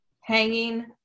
hanging